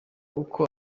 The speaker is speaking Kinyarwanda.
uko